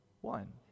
One